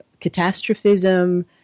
catastrophism